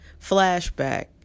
flashback